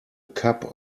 cup